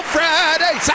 Friday